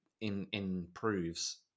improves